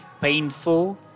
painful